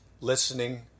listening